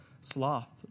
sloth